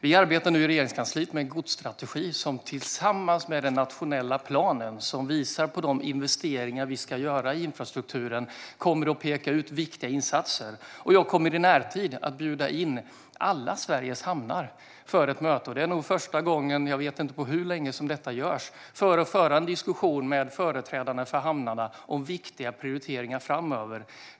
Vi arbetar nu i Regeringskansliet med en godsstrategi som kommer att peka ut viktiga insatser tillsammans med den nationella planen, som visar på de investeringar vi ska göra i infrastrukturen. Jag kommer i närtid att bjuda in alla Sveriges hamnar till ett möte. Det är första gången på jag vet inte hur länge som detta görs. Jag ska föra en diskussion med företrädarna för hamnarna om viktiga prioriteringar framöver.